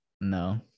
no